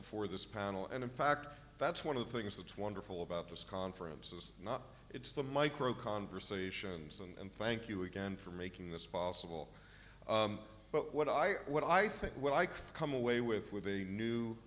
before this panel and in fact that's one of the things that's wonderful about this conferences it's the micro conversations and thank you again for making this possible but what i what i think what i come away with with a new